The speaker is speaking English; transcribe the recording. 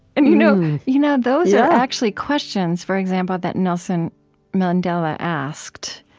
and you know you know those are actually questions, for example, that nelson mandela asked,